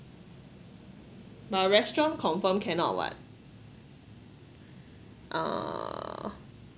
but restaurant confirm cannot [what] uh